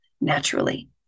naturally